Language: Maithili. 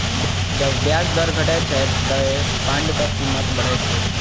जब ब्याज दर घटै छै, ते बांडक कीमत बढ़ै छै